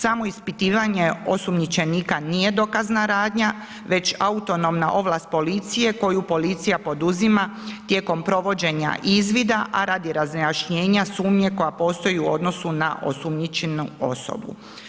Samo ispitivanje osumnjičenika nije dokazna radnja već autonomna ovlast policije koju policija poduzima tijekom provođenja izvoda a radi razjašnjenja sumnje koja postoji u odnosu na osumnjičenu osobu.